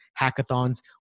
hackathons